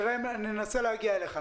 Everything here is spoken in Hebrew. ננסה להגיע אליך.